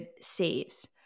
saves